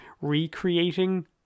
recreating